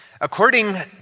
According